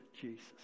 Jesus